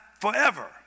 forever